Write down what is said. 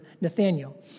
Nathaniel